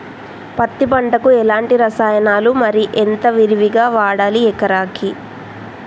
పత్తి పంటకు ఎలాంటి రసాయనాలు మరి ఎంత విరివిగా వాడాలి ఎకరాకి?